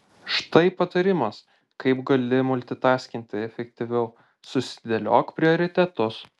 štai patarimas kaip gali multitaskinti efektyviau susidėliok prioritetus